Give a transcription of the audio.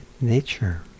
nature